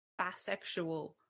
bisexual